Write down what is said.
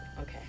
okay